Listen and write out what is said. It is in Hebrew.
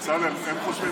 בצלאל, הם חושבים,